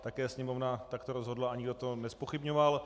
Také Sněmovna takto rozhodla a nikdo to nezpochybňoval.